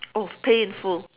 oh pay in full